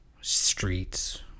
Streets